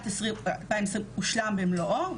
ב-2020 הושלם במלואו.